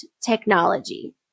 technology